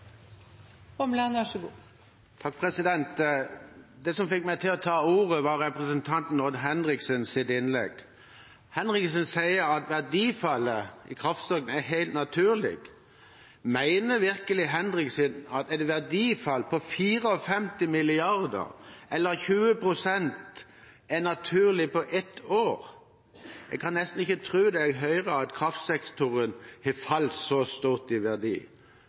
innlegg. Henriksen sier at verdifallet i kraftsektoren er helt naturlig. Mener virkelig Henriksen at et verdifall på 54 mrd. kr, eller 20 pst., på ett år er naturlig? Jeg kan nesten ikke tro det jeg hører, at kraftsektoren har falt så mye i verdi.